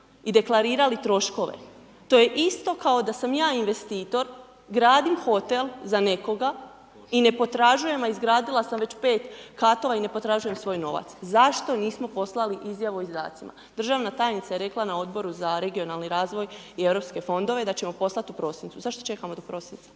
i deklarirali troškove? To je isto kao da sam ja investitor, gradim hotel za nekoga i ne potražujem, a izgradila sam već 5 katova, i ne potražujem svoj novac. Zašto nismo poslali Izjavu o izdacima? Državna tajnica je rekla na Odboru za regionalni razvoj i europske fondove, da ćemo poslati u prosincu, zašto čekamo do prosinca?